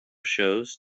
shows